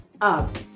up